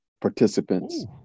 participants